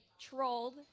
trolled